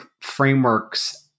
frameworks